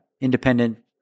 independent